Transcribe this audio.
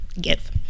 give